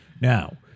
Now